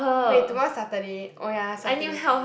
wait tomorrow's Saturday oh ya Saturday